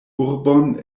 urbon